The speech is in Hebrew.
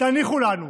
תניחו לנו.